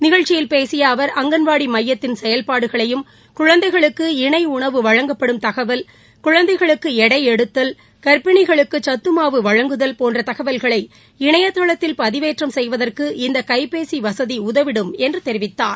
நிகழ்ச்சியில் பேசிய அவர் அங்கன்வாடி னமயத்தின் செயல்பாடுகளையும் குழந்தைகளுக்கு இணை உணவு வழங்கப்படும் தகவல் குழந்தைகளுக்கு எடை எடுத்தல் கா்ப்பிணிகளுக்கு சத்துமாவு வழங்குதல் போன்ற தகவல்களை இணையதளதில் பதிவேற்றம் செய்வதற்கு இந்த கைபேசி வசதி உதவிடும் என்று தெரிவித்தார்